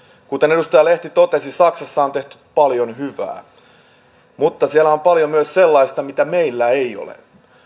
kuten edustaja lehti totesi saksassa on tehty paljon hyvää mutta siellä on paljon myös sellaista mitä meillä ei ole